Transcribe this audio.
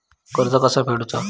कर्ज कसा फेडुचा?